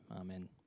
Amen